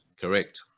Correct